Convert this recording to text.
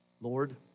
Lord